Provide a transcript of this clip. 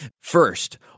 First